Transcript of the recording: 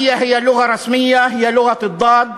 את המשפט האחרון